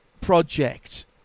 project